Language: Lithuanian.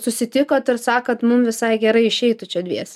susitikot ir sakot mum visai gerai išeitų čia dvies